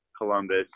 Columbus